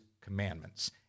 commandments